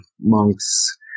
monks